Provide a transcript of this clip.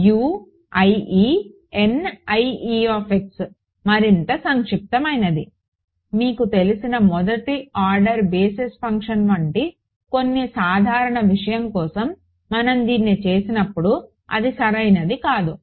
U i e N i e మరింత సంక్షిప్తమైనది మీకు తెలిసిన మొదటి ఆర్డర్ బేసిస్ ఫంక్షన్ వంటి కొన్ని సాధారణ విషయం కోసం మనం దీన్ని చేస్తున్నప్పుడు అది సరైనది కాదు